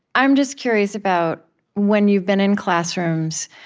i'm just curious about when you've been in classrooms,